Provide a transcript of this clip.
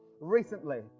recently